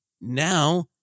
now